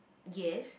yes